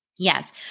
Yes